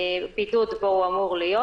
הבידוד בו הוא אמור להיות.